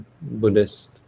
Buddhist